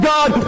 God